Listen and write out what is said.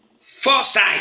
foresight